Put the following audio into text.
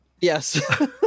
Yes